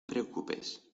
preocupes